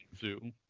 zoo